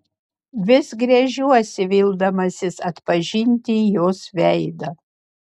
vis gręžiuosi vildamasis atpažinti jos veidą